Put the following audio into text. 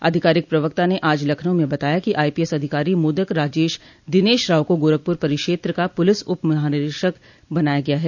आधिकारिक प्रवक्ता ने आज लखनऊ में बताया कि आईपीएस अधिकारी मोदक राजेश दिनेश राव को गोरखपुर परिक्षेत्र का प्रलिस उप महानिरीक्षक बनाया गया है